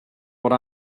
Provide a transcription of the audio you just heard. what